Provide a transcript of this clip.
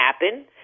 happen